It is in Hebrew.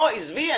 עזבי.